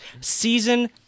season